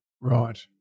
Right